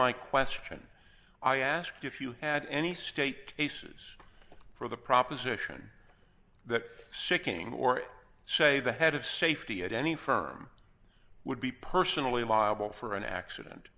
my question i asked if you had any state basis for the proposition that sicking or say the head of safety at any firm would be personally liable for an accident